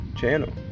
channel